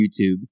YouTube